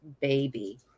baby